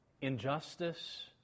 Injustice